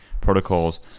protocols